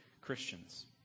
christians